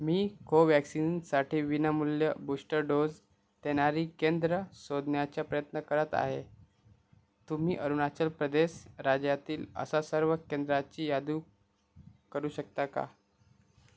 मी कोवॅक्सिनसाठी विनामूल्य booster dose देणारी केंद्रं शोधण्याचा प्रयत्न करत आहे तुम्ही अरुणाचल प्रदेश राज्यातील अशा सर्व केंद्रांची यादी करू शकता का